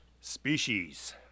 Species